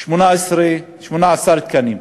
18 תקנים.